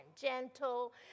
gentle